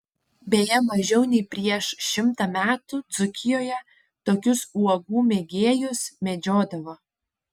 beje mažiau nei prieš šimtą metų dzūkijoje tokius uogų mėgėjus medžiodavo